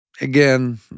again